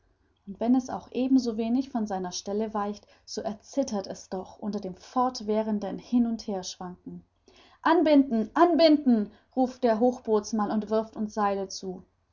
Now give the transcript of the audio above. und wenn es auch ebenso wenig von seiner stelle weicht so erzittert es doch unter einem fortwährenden hin und herschwanken anbinden anbinden ruft der hochbootsmann und wirft uns seile zu